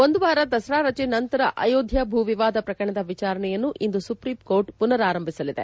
ಒಂದು ವಾರ ದಸರಾ ರಜೆಯ ನಂತರ ಅಯೋಧ್ಯ ಭೂ ವಿವಾದ ಪ್ರಕರಣದ ವಿಚಾರಣೆಯನ್ನು ಇಂದು ಸುಪ್ರೀಂಕೋರ್ಟ್ ಪುನರಾರಂಭಿಸಲಿದೆ